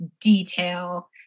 detail